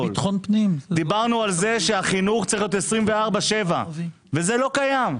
דיברנו על זה שהחינוך צריך להיות 24/7 וזה לא קיים.